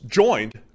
joined